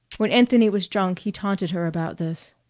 when anthony was drunk he taunted her about this.